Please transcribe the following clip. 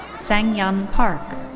sangyun park.